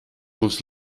muss